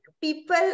people